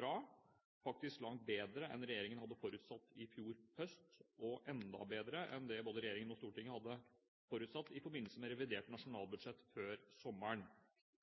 bra, faktisk langt bedre enn regjeringen hadde forutsett i fjor høst, og enda bedre enn det både regjeringen og Stortinget hadde forutsett i forbindelse med revidert nasjonalbudsjett før sommeren.